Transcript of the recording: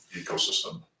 ecosystem